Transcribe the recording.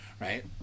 Right